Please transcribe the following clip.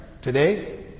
today